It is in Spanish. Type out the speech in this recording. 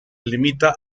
limita